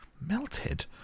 Melted